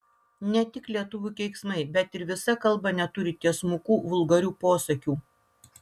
ne tik lietuvių keiksmai bet ir visa kalba neturi tiesmukų vulgarių posakių